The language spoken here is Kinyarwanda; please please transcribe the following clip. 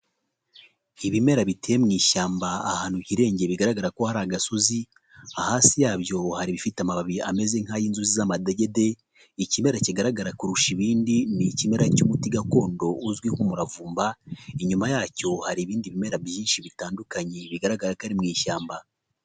Ibimera biteye mu ishyamba ahantu hirengeye bigaragara ko hari agasozi, hasi yabyo hari ibifite amababi ameze nk'ay'inzuzi z'amadegede, ikimera kigaragara kurusha ibindi ni ikimera cy'umuti gakondo uzwi nk'umuravumba, inyuma yacyo hari ibindi bimera byinshi bitandukanye bigaragara ko ari mu ishyamba.